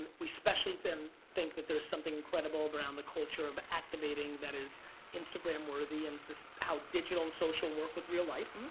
and we specially think think that there's something incredible around the culture of activating that is instagram worthy and how digital and social work with real life.